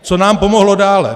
Co nám pomohlo dále?